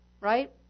right